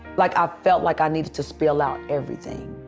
like i felt like i needed to spill out everything.